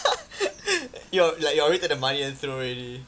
you like you already took the money then throw already